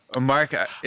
Mark